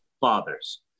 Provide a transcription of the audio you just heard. fathers